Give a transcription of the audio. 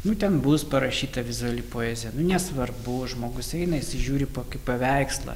nu ten bus parašyta vizuali poezija nu nesvarbu žmogus eina įsižiūri kokį paveikslą